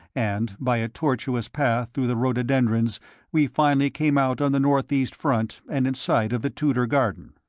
and by a tortuous path through the rhododendrons we finally came out on the northeast front and in sight of the tudor garden.